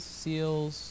seals